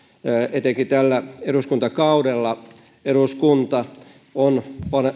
etenkin tällä eduskuntakaudella eduskunta on